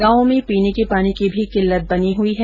गांवों में पीने के पानी की भी किल्लत बनी हुई है